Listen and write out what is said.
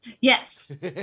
Yes